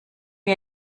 wie